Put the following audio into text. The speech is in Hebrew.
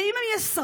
ואם הם יסרבו,